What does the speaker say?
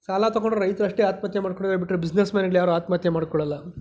ಸಾಲ ತೊಗೊಂಡಿರೋ ರೈತ್ರು ಅಷ್ಟೇ ಆತ್ಮಹತ್ಯೆ ಮಾಡ್ಕೊಂಡಿದ್ದಾರೆ ಬಿಟ್ಟರೆ ಬಿಸ್ನೆಸ್ಮ್ಯಾನ್ಗಳು ಯಾರೂ ಆತ್ಮಹತ್ಯೆ ಮಾಡಿಕೊಳ್ಳಲ್ಲ